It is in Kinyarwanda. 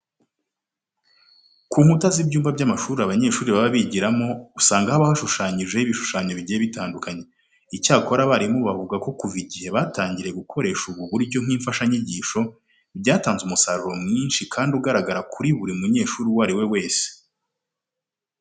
Ku nkuta z'ibyumba by'amashuri abanyeshuri baba bigiramo usanga haba hashushanyijeho ibishushanyo bigiye bitandukanye. Icyakora abarimu bavuga ko kuva igihe batangiriye gukoresha ubu buryo nk'imfashanyigisho, byatanze umusaruro mwinshi kandi ugaragara kuri buri munyeshuri uwo ari we wese.